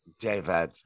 David